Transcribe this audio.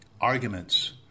arguments